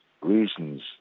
reasons